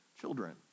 children